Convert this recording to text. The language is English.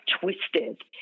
twisted